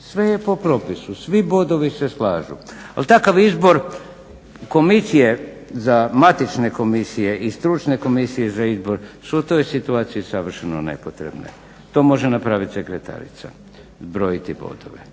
Sve je po propisu. Svi bodovi se slažu. Ali takav izbor komisije, matične komisije i stručne komisije za izbor su u toj situaciji savršeno nepotrebne. To može napraviti sekretarica, zbrojiti bodove.